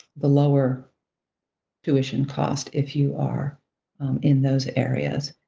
the lower tuition cost if you are in those areas.